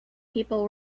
people